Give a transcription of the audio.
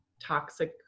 toxic